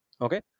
Okay